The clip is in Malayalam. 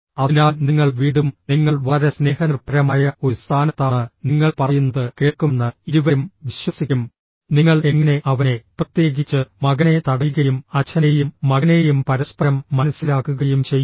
അതിനാൽ നിങ്ങൾ വീണ്ടും നിങ്ങൾ വളരെ സ്നേഹനിർഭരമായ ഒരു സ്ഥാനത്താണ് നിങ്ങൾ പറയുന്നത് കേൾക്കുമെന്ന് ഇരുവരും വിശ്വസിക്കും നിങ്ങൾ എങ്ങനെ അവനെ പ്രത്യേകിച്ച് മകനെ തടയുകയും അച്ഛനെയും മകനെയും പരസ്പരം മനസ്സിലാക്കുകയും ചെയ്യും